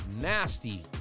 nasty